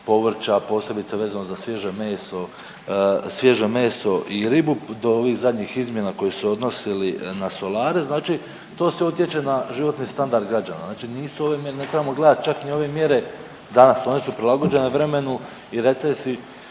povrća, a posebice vezano za svježe meso, svježe meso i ribu do ovih zadnjih izmjena koje se odnose je li na solare, znači to sve utječe na životni standard građana, znači nisu ovime, ne trebamo gledat čak ni ove mjere danas, one su prilagođene vremenu i recesiji